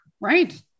Right